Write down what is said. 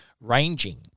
ranging